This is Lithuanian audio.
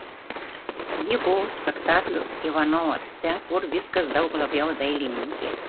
ji buvo spektaklių ivanovas ten kur viskas daug labiau dailininkė